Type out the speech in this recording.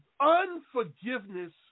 unforgiveness